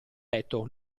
letto